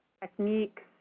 techniques